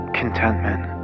contentment